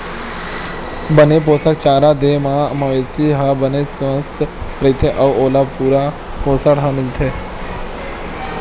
बने पोसक चारा दे म मवेशी ह बने सुवस्थ रहिथे अउ ओला पूरा पोसण ह मिलथे